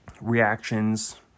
reactions